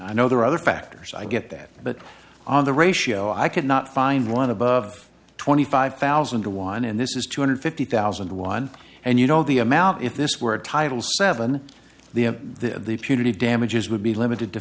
i know there are other factors i get that but on the ratio i could not find one above twenty five thousand to one and this is two hundred fifty thousand one and you know the amount if this were a title seven the punitive damages would be limited to